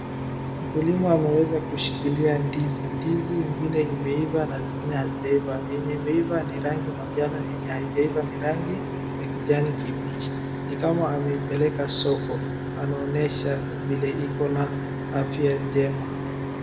Mkulima ameweza kushikilia ndizi. Ndizi ingine imeiva na zingine hazijaiva. Yenye imeiva ni rangi manjano, yenye haijaiva ni rangi ya kijani kibichi. Ni kama ameipeleka soko. Anaonesha vile iko na afya njema.